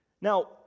Now